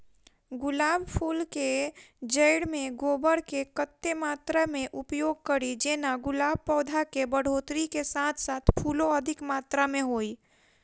गुलाब फूल केँ जैड़ मे गोबर केँ कत्ते मात्रा मे उपयोग कड़ी जेना गुलाब पौधा केँ बढ़ोतरी केँ साथ साथ फूलो अधिक मात्रा मे होइ?